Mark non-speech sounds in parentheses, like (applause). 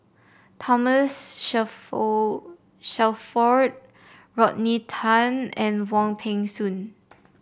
Thomas (unintelligible) Shelford Rodney Tan and Wong Peng Soon